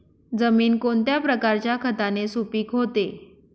जमीन कोणत्या प्रकारच्या खताने सुपिक होते?